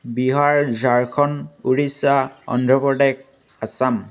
Bihar Jharkhand Orissa Andhra Pradesh Assam